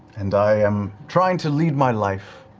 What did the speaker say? and i am trying to lead my life